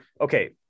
okay